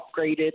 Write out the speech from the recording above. upgraded